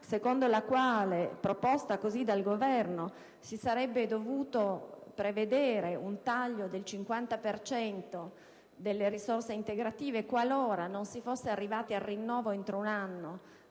secondo la quale, così come proposta dal Governo, si sarebbe dovuto prevedere un taglio del 50 per cento delle risorse integrative qualora non si fosse arrivati al rinnovo entro un anno